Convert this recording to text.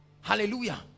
Hallelujah